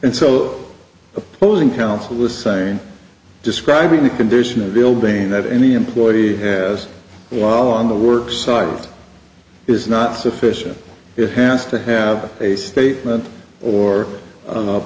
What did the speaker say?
and so opposing counsel was saying describing the condition of building that any employee has while on the work site is not sufficient it has to have a statement or